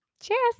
cheers